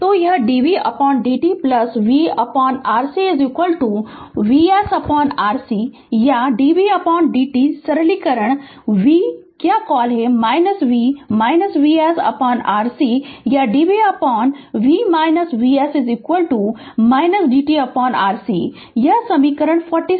तो यह dvdt vRc VsRc या dvdtसरलीकरण v क्या कॉल है v VsRc या dvv Vs dtRc यह समीकरण 46 है